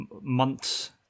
months